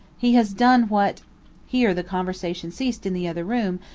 he has done what here the conversation ceased in the other room,